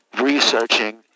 researching